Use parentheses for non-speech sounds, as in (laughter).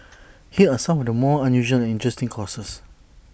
(noise) here are some of the more unusual and interesting courses